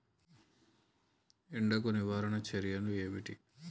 ఎండకు నివారణ చర్యలు ఏమిటి?